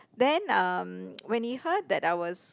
then um when he heard that I was